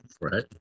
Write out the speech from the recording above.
right